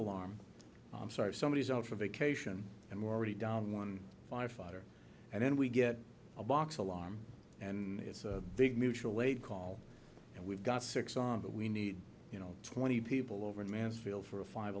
warm i'm sorry somebody is out for vacation and already down one firefighter and then we get a box alarm and it's a big mutual aid call and we've got six on but we need you know twenty people over in mansfield for a five